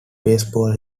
baseball